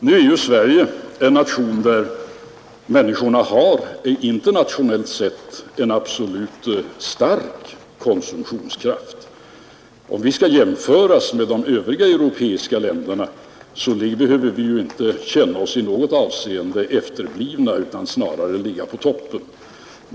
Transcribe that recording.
Nu är ju Sverige en nation där människorna har en internationellt sett stark konsumtionskraft. Om vi skall jämföra oss med de övriga europeiska länderna, behöver vi inte känna oss i något avseende som efterblivna, utan vi ligger snarare på toppen.